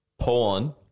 porn